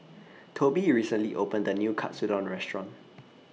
Tobi recently opened A New Katsudon Restaurant